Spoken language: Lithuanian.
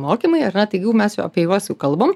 mokymai ar ne tai gu mes apie juos jau kalbam